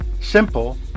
simple